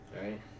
Right